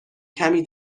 کمی